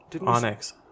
Onyx